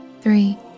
three